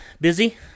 Busy